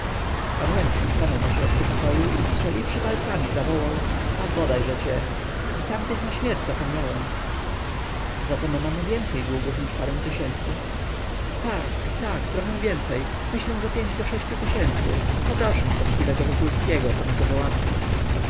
łęcki stanął na środku pokoju i strzeliwszy palcami zawołał a bodajże cię o tamtych na śmierć zapomniałem zatem mamy więcej długów niż parę tysięcy tak tak trochę więcej myślę że pięć do sześciu tysięcy poproszę poczciwego wokulskiego to mi to załatwi